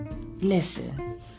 Listen